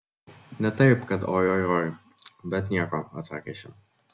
ne taip kad oi oi oi bet nieko atsakė ši